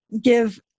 give